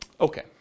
Okay